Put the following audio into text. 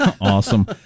Awesome